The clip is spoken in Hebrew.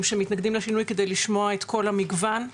שמתנגדים לשינוי כדי לשמוע את כל המגוון,